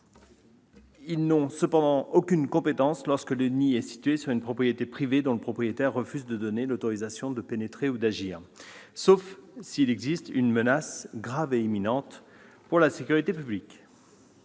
Ils n'ont cependant aucune compétence lorsque le nid est situé sur une propriété privée dont le propriétaire refuse de donner l'autorisation de pénétrer ou d'agir, sauf s'il existe une menace grave et imminente pour la sécurité publique.